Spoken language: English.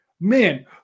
man